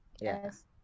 Yes